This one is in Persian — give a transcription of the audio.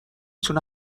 تونه